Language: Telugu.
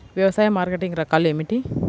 వ్యవసాయ మార్కెటింగ్ రకాలు ఏమిటి?